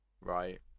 Right